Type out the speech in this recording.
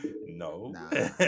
no